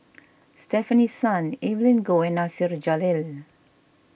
Stefanie Sun Evelyn Goh and Nasir Jalil